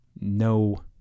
no